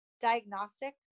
diagnostic